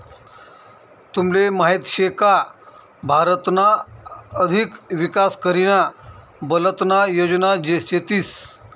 तुमले माहीत शे का भारतना अधिक विकास करीना बलतना योजना शेतीस